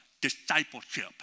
discipleship